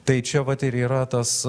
tai čia vat ir yra tas